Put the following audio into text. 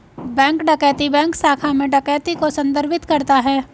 bank डकैती bank शाखा में डकैती को संदर्भित करता है